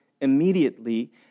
Immediately